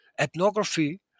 ethnography